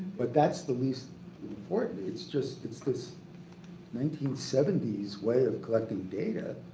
but that's the least important. it's just. it's this nineteen seventy s way of collecting data.